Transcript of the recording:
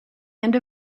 end